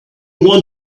want